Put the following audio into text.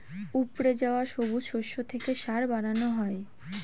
উপড়ে যাওয়া সবুজ শস্য থেকে সার বানানো হয়